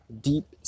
deep